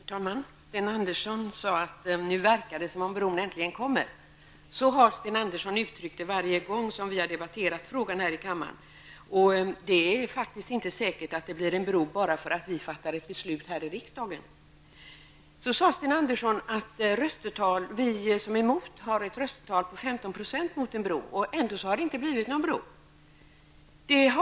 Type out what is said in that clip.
Herr talman! Sten Andersson i Malmö sade att det nu verkar som om bron äntligen kommer. Så har Sten Andersson uttryckt det varje gång vi har debatterat den här frågan i kammaren. Det är inte säkert att det blir en bro bara för att vi fattar ett beslut här i riksdagen. Sten Andersson sade att vi som är emot en bro har ett röstetal på 15 %, men ändå har det inte blivit någon bro.